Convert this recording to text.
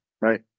right